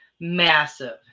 massive